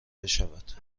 بشود